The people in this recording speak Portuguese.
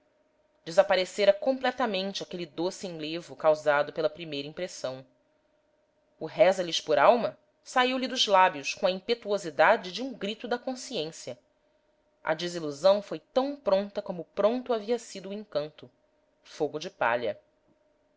desaparecera completamente aquele doce enlevo causado pela primeira impressão o reza lhes por alma saiu-lhe dos lábios com a impetuosidade de um grito da consciência a desilusão foi tão pronta como pronto havia sido o encanto fogo de palha